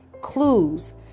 clues